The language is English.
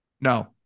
No